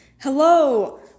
Hello